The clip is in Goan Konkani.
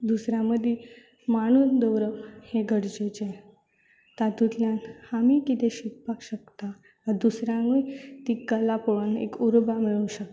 दुसऱ्या मदीं मांडून दवरप ही गरजेचें तातूंतल्यान आमी कितें शिकपाक शकता आनी दुसऱ्यांकूय ती कला पळोवन उर्बा मेळूंक शकता